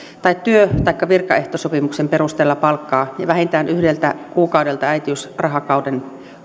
tai työ taikka virkaehtosopimuksen perusteella palkkaa vähintään yhdeltä kuukaudelta äitiysrahakauden